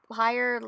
higher